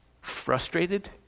frustrated